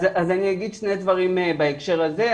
אני אומר שני דברים בהקשר הזה.